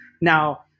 Now